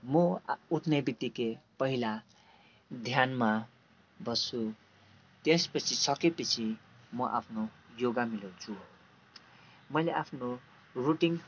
म आ उठ्ने बित्तिकै पहिला ध्यानमा बस्छु त्यस पछि सकेपछि म आफ्नो योगा मिलाउँछु मैले आफ्नो रुटिन